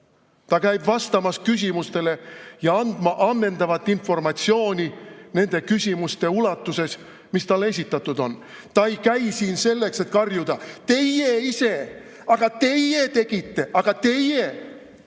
Ta käib vastamas küsimustele ja andmas ammendavat informatsiooni nende küsimuste ulatuses, mis talle esitatud on. Ta ei käi siin selleks, et karjuda: "Teie ise! Aga teie tegite! Aga teie!"See,